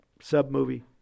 sub-movie